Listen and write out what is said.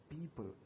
people